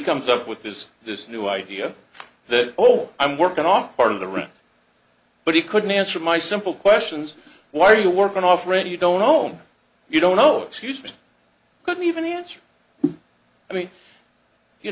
comes up with this this new idea that oh i'm working off part of the room but he couldn't answer my simple questions why are you working off right you don't home you don't know excuse me i couldn't even answer i mean you